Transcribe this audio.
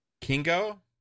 Kingo